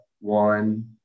one